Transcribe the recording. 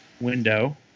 window